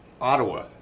Ottawa